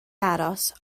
aros